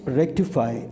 rectify